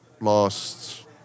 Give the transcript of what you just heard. lost